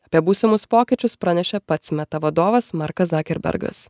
apie būsimus pokyčius pranešė pats meta vadovas markas zakerbergas